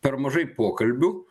per mažai pokalbių